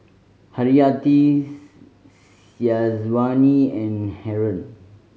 Haryati Syazwani and Haron